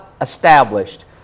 established